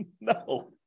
No